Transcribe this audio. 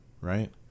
right